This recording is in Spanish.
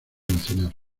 nacional